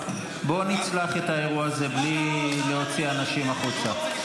בוא נצלח את האירוע הזה בלי להוציא אנשים החוצה.